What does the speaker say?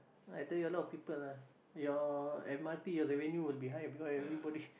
I tell you ah a lot of people ah your m_r_t your revenue will be high because everybody